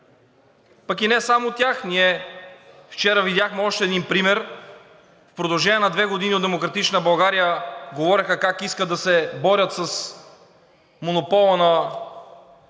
Пък и не само тях, ние вчера видяхме още един пример. В продължение на две години от „Демократична България“ говореха как искат да се борят с монопола на